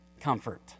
comfort